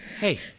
hey